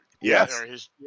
Yes